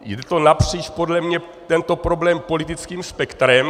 Jde to napříč podle mě, tento problém, politickým spektrem.